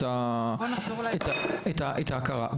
ההכרה.